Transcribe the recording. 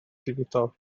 digidol